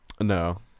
No